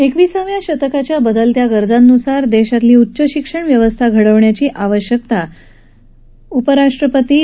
एकविसाव्या शतकाच्या बदलत्या गरजांनुसार देशातली उच्चशिक्षण व्यवस्था घडवण्याची आवश्यकता उपराष्ट्रपती एम